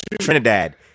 Trinidad